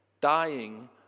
dying